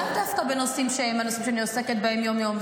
לאו דווקא בנושאים שאני עוסקת בהם יום-יום,